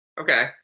Okay